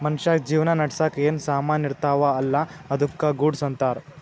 ಮನ್ಶ್ಯಾಗ್ ಜೀವನ ನಡ್ಸಾಕ್ ಏನ್ ಸಾಮಾನ್ ಇರ್ತಾವ ಅಲ್ಲಾ ಅದ್ದುಕ ಗೂಡ್ಸ್ ಅಂತಾರ್